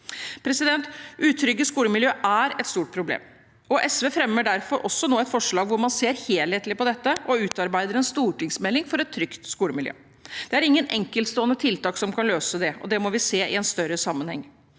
Utrygge skolemiljø er et stort problem. SV fremmer derfor nå et forslag om å se helhetlig på dette og utarbeide en stortingsmelding for et trygt skolemiljø. Det er ingen enkeltstående tiltak som kan løse det, vi må vi se det i en større sammenheng.